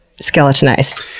skeletonized